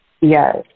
Yes